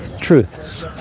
truths